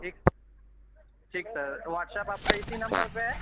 ٹھیک ٹھیک sir WhatsApp آپ کا اِسی نمبر پہ ہے